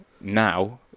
now